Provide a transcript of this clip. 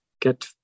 get